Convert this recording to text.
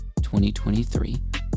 2023